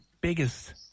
biggest